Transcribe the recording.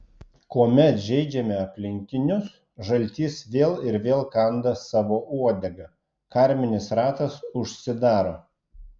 kuomet žeidžiame aplinkinius žaltys vėl ir vėl kanda savo uodegą karminis ratas užsidaro